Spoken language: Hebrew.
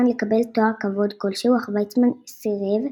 לקבל תואר כבוד כלשהו אך ויצמן סירב,